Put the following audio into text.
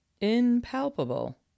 impalpable